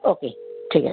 ওকে ঠিক আছে